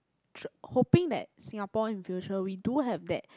tr~ hoping that Singapore in future we do have that